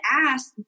asked